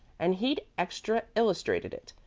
and he'd extra-illustrated it.